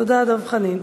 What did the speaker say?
תודה, דב חנין.